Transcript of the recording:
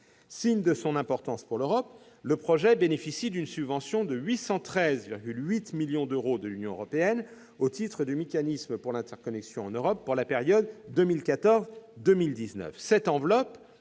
Signe de son importance pour l'Europe, le projet bénéficie d'une subvention de 813,8 millions d'euros de l'Union européenne, au titre du Mécanisme pour l'interconnexion en Europe, pour la période 2014-2019.